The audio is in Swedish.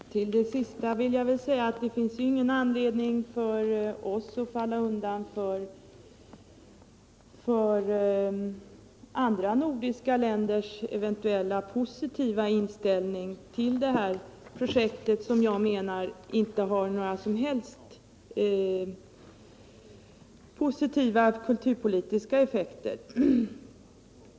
Herr talman! Till det sista vill jag säga att det inte finns någon anledning för oss att falla undan för andra nordiska länders eventuella positiva inställning till detta projekt, som jag menar inte har några som helst positiva kulturpolitiska effekter.